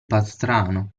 pastrano